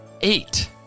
eight